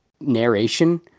narration